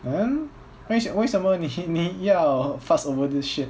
ah 为为什么你你要 fuss over this shit